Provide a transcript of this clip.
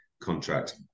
contract